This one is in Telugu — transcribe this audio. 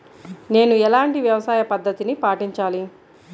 నేను ఎలాంటి వ్యవసాయ పద్ధతిని పాటించాలి?